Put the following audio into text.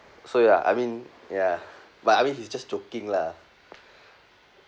so ya I mean ya but I mean he's just joking lah